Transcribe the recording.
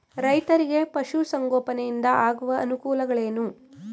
ರೈತರಿಗೆ ಪಶು ಸಂಗೋಪನೆಯಿಂದ ಆಗುವ ಅನುಕೂಲಗಳೇನು?